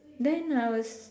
then I was